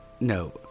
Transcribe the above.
No